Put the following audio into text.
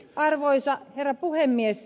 arvoisa herra puhemies